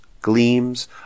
gleams